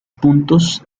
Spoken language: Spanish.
puntos